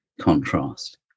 contrast